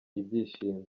ibyishimo